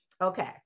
okay